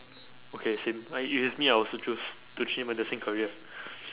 okay same like if it's me I'll also choose to change my destined career